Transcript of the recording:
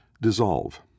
dissolve